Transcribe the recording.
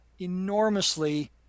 enormously